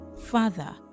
Father